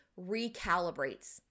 recalibrates